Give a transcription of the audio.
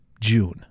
June